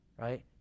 Right